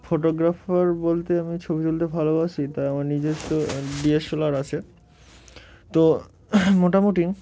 photographer বলতে আমি ছবি তুলতে ভালোবাসি তাই আমার নিজস্ব ডি এস এল আর আছে তো মোটামুটি